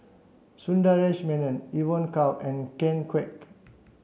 Sundaresh Menon Evon Kow and Ken Kwek